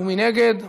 מי נגד?